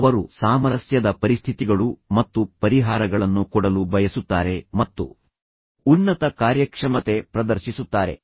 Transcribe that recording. ಅವರು ಸಾಮರಸ್ಯದ ಪರಿಸ್ಥಿತಿಗಳು ಮತ್ತು ಪರಿಹಾರಗಳನ್ನು ಕೊಡಲು ಬಯಸುತ್ತಾರೆ ಮತ್ತು ನಂತರ ಉನ್ನತ ಕಾರ್ಯಕ್ಷಮತೆಯನ್ನು ಅವರು ಪ್ರದರ್ಶಿಸುತ್ತಾರೆ